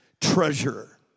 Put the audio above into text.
treasure